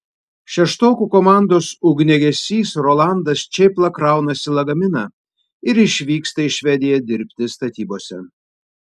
šeštokų komandos ugniagesys rolandas čėpla kraunasi lagaminą ir išvyksta į švediją dirbti statybose